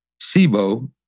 SIBO